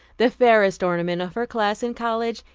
the fairest ornament of her class in college,